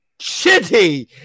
shitty